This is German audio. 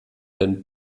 den